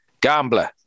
Gambler